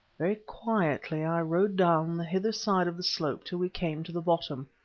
very quietly i rode down the hither side of the slope till we came to the bottom,